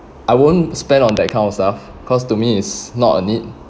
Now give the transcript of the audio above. I won't spend on that kind of stuff cause to me it's not a need